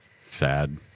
Sad